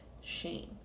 shame